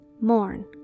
Mourn